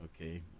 Okay